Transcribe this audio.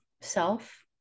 self